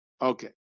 Okay